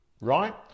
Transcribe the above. Right